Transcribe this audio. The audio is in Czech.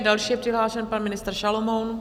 Další je přihlášen pan ministr Šalomoun.